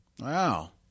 Wow